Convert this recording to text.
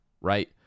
right